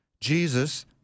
Jesus